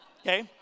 Okay